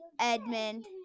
Edmund